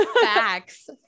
facts